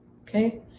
okay